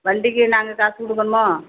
வண்டிக்கு நாங்கள் காசு கொடுக்கணுமோ